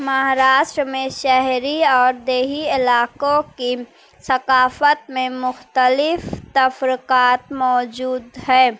مہاراشٹر میں شہری اور دیہی علاقوں کی ثقافت میں مختلف تفرقات موجود ہے